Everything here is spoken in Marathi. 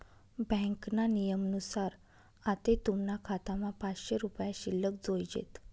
ब्यांकना नियमनुसार आते तुमना खातामा पाचशे रुपया शिल्लक जोयजेत